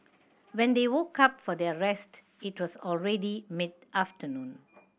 when they woke up for their rest it was already mid afternoon